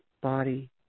body